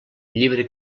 llibre